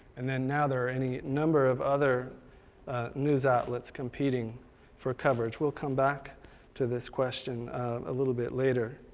and then now there are any number of other news outlets competing for coverage. we'll come back to this question a little bit later.